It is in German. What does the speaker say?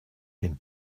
den